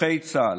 נכי צה"ל.